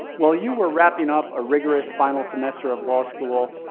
while you were wrapping up a rigorous final semester of law school,